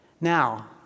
Now